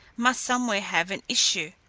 must somewhere have an issue.